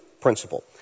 principle